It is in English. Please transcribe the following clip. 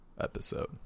episode